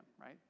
right